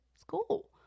school